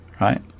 right